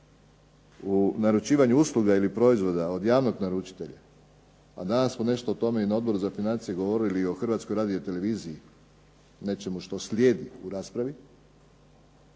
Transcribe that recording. u naručivanju usluga ili proizvoda od javnog naručitelja, a danas smo nešto o tome na Odboru za financije govorili o Hrvatskoj radioteleviziji, nečemu što slijedi u raspravi.